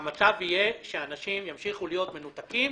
המצב יהיה שאנשים ימשיכו להיות מנותקים